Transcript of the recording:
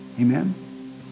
Amen